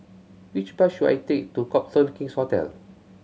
which bus should I take to Copthorne King's Hotel